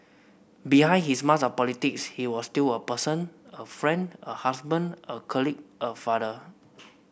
behind his mask of politics he was still a person a friend a husband a colleague a father